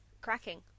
Cracking